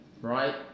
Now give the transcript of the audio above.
right